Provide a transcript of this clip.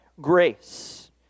grace